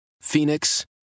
Phoenix